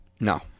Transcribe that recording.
no